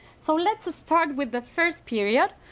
so let's ah start with the first period.